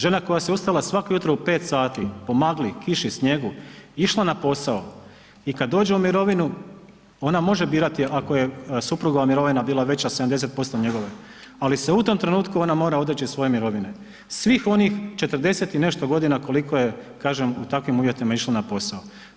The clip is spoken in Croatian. Žena koja se ustala svako jutro u pet sati po magli, kiši i snijegu, išla na posao i kada dođe u mirovinu ona može birati ako je suprugova mirovina bila veća 70% njegove, ali se u tom trenutku ona mora odreći svoje mirovine, svih onih 40 i nešto godina koliko je kažem u takvim uvjetima išla na posao.